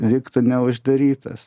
liktų neuždarytas